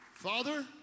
Father